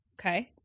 Okay